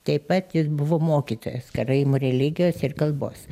taip pat jis buvo mokytojas karaimų religijos ir kalbos